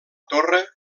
torre